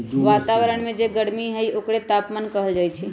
वतावरन में जे गरमी हई ओकरे तापमान कहल जाई छई